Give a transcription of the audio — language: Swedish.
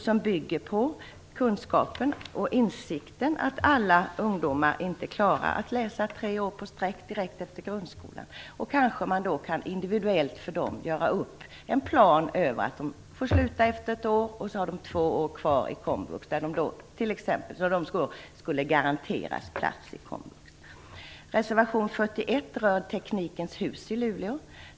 Den bygger på kunskapen och insikten om att alla ungdomar inte klarar att läsa tre år i sträck direkt efter grundskolan och att man därför kanske kan göra upp individuella planer som innebär att de får sluta efter ett år och att de sedan garanteras plats i komvux under två år. Reservation 41 rör Teknikens hus i Luleå.